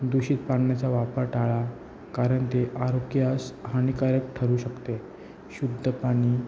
दूषित पाण्याचा वापर टाळा कारण ते आरोग्यास हानिकारक ठरू शकते शुद्ध पाणी